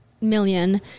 million